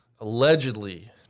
allegedly